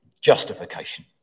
justification